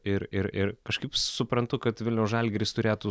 ir ir ir kažkaip suprantu kad vilniaus žalgiris turėtų